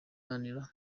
iharanira